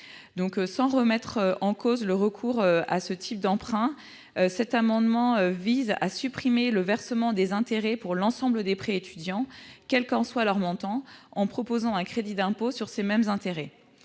Sans remettre en cause le recours à ce type d'emprunt, cet amendement vise à supprimer le versement des intérêts pour l'ensemble des prêts étudiants, quel qu'en soit le montant, en proposant un crédit d'impôt sur ces mêmes intérêts.